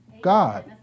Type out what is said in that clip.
God